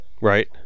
Right